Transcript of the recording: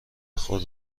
خود